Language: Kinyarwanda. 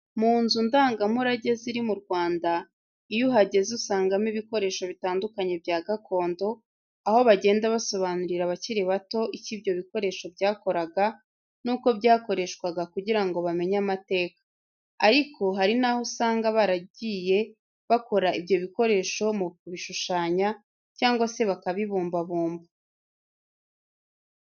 Mu nzu ndangamurage ziri mu Rwanda, iyo uhageze usangamo ibikoresho bitandukanye bya gakondo, aho bagenda basobanurira abakiri bato icyo ibyo bikoresho byakoraga n'uko byakoreshwaga kugira ngo bamenye amateka. Ariko hari naho usanga baragiye bakora ibyo bikoresho mu kubishushanya cyangwa se bakabibumbabumba.